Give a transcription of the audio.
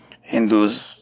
Hindus